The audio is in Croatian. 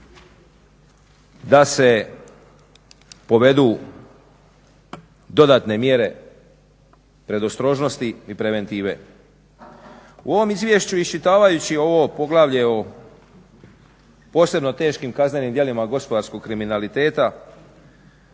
da se povedu dodatne mjere predostrožnosti i preventive. U ovom izvješću iščitavajući ovo poglavlje o posebno teškim kaznenim djelima gospodarskog kriminaliteta